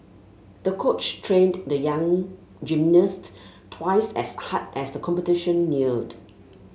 the coach trained the young gymnast twice as hard as the competition neared